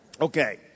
Okay